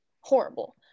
horrible